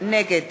נגד